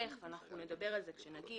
ואנחנו נדבר על זה כשנגיע,